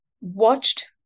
watched